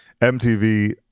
MTV